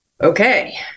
Okay